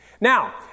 Now